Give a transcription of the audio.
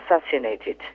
assassinated